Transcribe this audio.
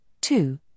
two